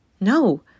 No